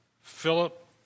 Philip